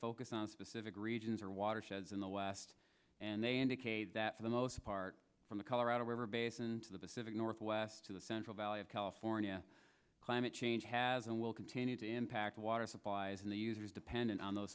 focus on specific regions or watersheds in the west and they indicate that for the most part from the colorado river basin to the pacific northwest to the central valley of california climate change has and will continue to impact water supplies and the user is dependent on those